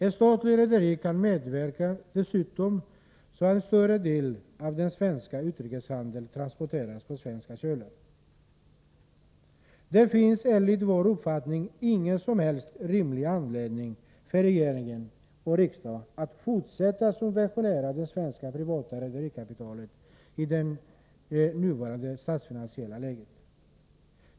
Ett statligt rederi kan dessutom medverka till att en större del av den svenska utrikeshandeln transporteras på svenska kölar. Det finns enligt vår uppfattning ingen som helst rimlig anledning för regering och riksdag att i nuvarande statsfinansiella läge fortsätta att subventionera det svenska privata rederikapitalet.